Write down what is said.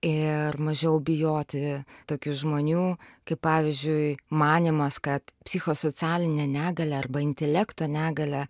ir mažiau bijoti tokių žmonių kaip pavyzdžiui manymas kad psichosocialinę negalią arba intelekto negalią